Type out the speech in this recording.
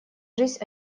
жизнь